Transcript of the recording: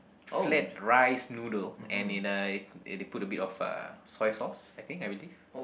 flat rice noodle and in uh they they put a bit of uh soy sauce I think I believe